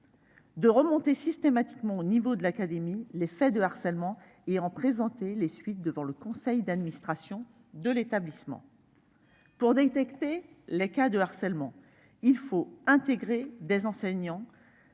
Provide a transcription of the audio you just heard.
de manière systématique, au niveau de l'académie les faits de harcèlement et en présenter les suites devant le conseil d'administration de l'établissement. Pour détecter les cas de harcèlement, il faut intégrer dans